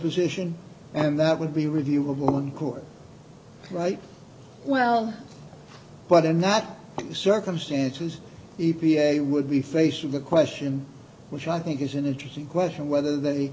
position and that would be reviewable in court right well but in that circumstances e p a would be faced with the question which i think is an interesting question whether